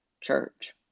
church